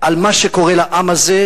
על מה שקורה לעם הזה,